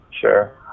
Sure